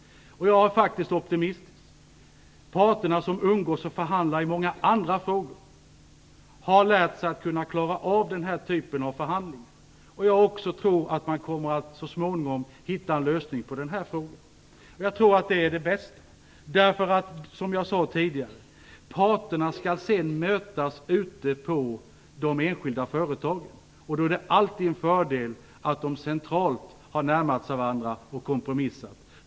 Jag är faktiskt optimistisk. Parterna, som umgås och förhandlar i många andra frågor, har lärt sig att klara av denna typ av förhandlingar. Jag tror att man så småningom kommer att hitta en lösning även på detta problem. Jag tror att detta är det bästa. Som jag sade tidigare skall ju parterna sedan mötas ute på de enskilda företagen, och då är det alltid en fördel att de centralt har närmat sig varandra och kompromissat.